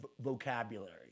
vocabulary